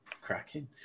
Cracking